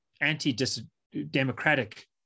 anti-democratic